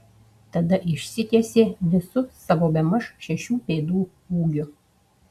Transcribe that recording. tada išsitiesė visu savo bemaž šešių pėdų ūgiu